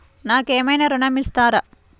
నాకు ఏమైనా ఋణం ఇస్తారా?